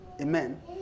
Amen